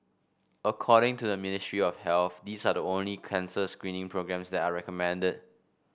according to the Ministry of Health these are the only cancer screening programmes that are recommended